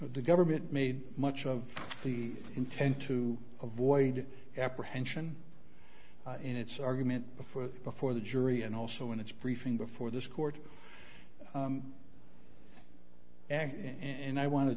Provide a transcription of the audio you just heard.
the government made much of the intent to avoid apprehension in its argument before before the jury and also in its briefing before this court and i want to